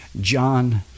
John